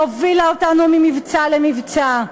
שהובילה אותנו ממבצע למבצע,